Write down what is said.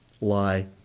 Lie